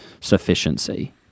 sufficiency